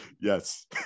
Yes